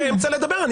אני באמצע הדיבור.